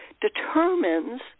determines